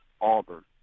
Auburn